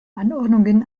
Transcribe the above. anordnungen